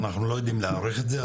אנחנו לא יודעים להעריך את זה,